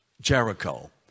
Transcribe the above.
Jericho